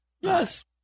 Yes